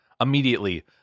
Immediately